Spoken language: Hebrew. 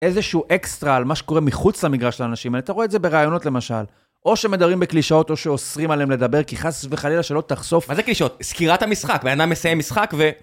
איזשהו אקסטרה על מה שקורה מחוץ למגרש לאנשים האלה, אתה רואה את זה בראיונות למשל, או שמדברים בקלישאות או שאוסרים עליהם לדבר, כי חס וחלילה שלא תחשוף... מה זה קלישאות? סקירת המשחק, בן-אדם מסיים משחק ו...